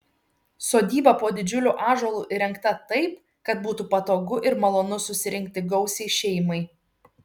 sodyba po didžiuliu ąžuolu įrengta taip kad būtų patogu ir malonu susirinkti gausiai šeimai